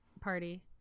party